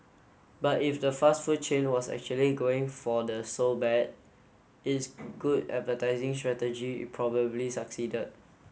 but if the fast food chain was actually going for the so bad it's good advertising strategy it probably succeeded